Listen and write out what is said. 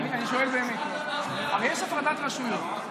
אני שואל באמת, יואב, הרי יש הפרדת רשויות.